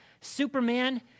Superman